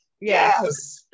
Yes